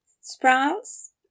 Sprouts